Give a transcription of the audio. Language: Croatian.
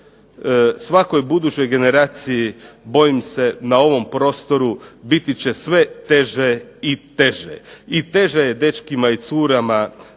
svakoj budućoj generaciji bojim se na ovom prostoru biti će sve teže i teže. I teže je dečkima i curama